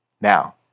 Now